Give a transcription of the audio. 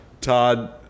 Todd